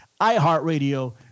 iHeartRadio